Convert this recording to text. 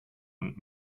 und